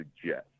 suggest